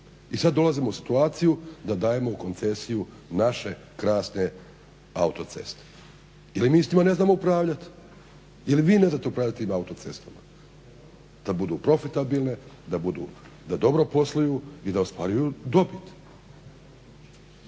I sad dolazimo u situaciju da dajemo u koncesiju naše krasne autoceste jer mi s njima ne znamo upravljati. Ili vi ne znate upravljati tim autocestama da budu profitabilne, da dobro posluju i da ostvaruju dobit.